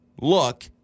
look